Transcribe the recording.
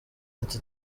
ati